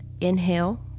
Inhale